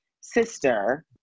sister